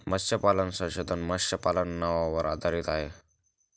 मत्स्यपालन संशोधन मत्स्यपालनावर आधारित आहे